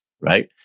Right